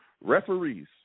Referees